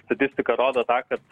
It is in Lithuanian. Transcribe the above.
statistika rodo tą kad